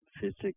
physics